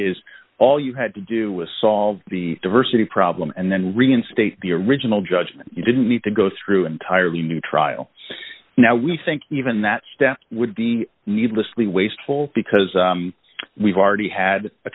is all you had to do was solve the diversity problem and then reinstate the original judgment you didn't need to go through entirely new trial now we think even that step would be needlessly wasteful because we've already had a